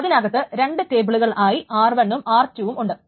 അതിനകത്ത് രണ്ടു ടേബിളുകളായി r1 ഉം r2 ഉം ഉണ്ട്